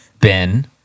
Ben